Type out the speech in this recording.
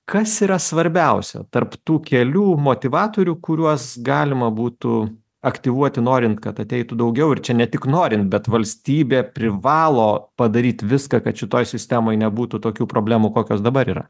kas yra svarbiausia tarp tų kelių motyvatorių kuriuos galima būtų aktyvuoti norint kad ateitų daugiau ir čia ne tik norint bet valstybė privalo padaryt viską kad šitoj sistemoj nebūtų tokių problemų kokios dabar yra